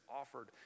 offered